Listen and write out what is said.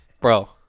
bro